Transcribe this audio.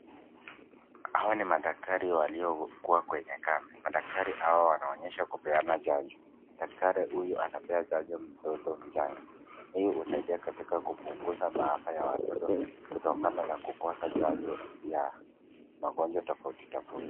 Hawa ni madaktari waliokuwa kwenye kambi, madaktari hawa wanaonyesha kupeana chanjo, daktari huyu anapea chanjo mtoto mchanga, hii husaidia katika kupunguza maafa ya watoto kutokana na kukosa chanjo ya magonjwa tofauti tofauti.